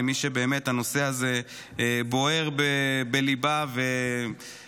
למי שבאמת הנושא הזה בוער בליבה והחלק